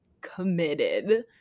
committed